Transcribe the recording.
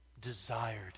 desired